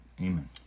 Amen